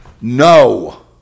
No